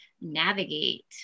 navigate